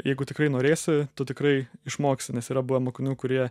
jeigu tikrai norėsi tu tikrai išmoksi nes yra buvę mokinių kurie